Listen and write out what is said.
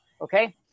Okay